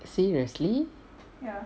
seriously